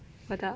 我的